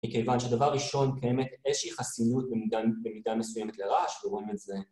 מכיוון שדבר ראשון קיימת איזושהי חסינות במידה במידה מסוימת לרעש, ורואים את זה.